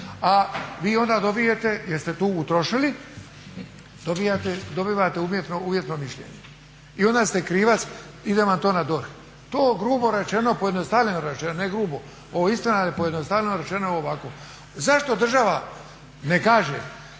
a vi onda dobijete jer ste tu utrošili, dobivate uvjetno mišljenje. I onda ste krivac, ide vam to na DORH. To grubo rečeno, pojednostavljeno rečeno ne grubo, ovo je istina da je pojednostavljeno rečeno je ovako. Zašto država ne kaže